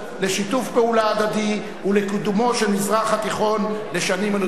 לשיתוף פעולה הדדי ולקידומו של המזרח התיכון לשנים ולדורות.